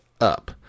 up